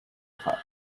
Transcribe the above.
far